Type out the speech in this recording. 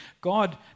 God